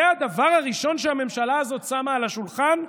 זה הדבר הראשון שהממשלה הזאת שמה על השולחן?